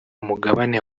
mugabane